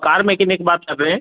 car mechanic बात कर रहे हैं